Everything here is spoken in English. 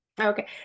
Okay